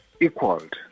equaled